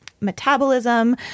metabolism